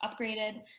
upgraded